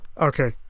Okay